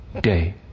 day